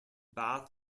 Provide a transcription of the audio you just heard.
bath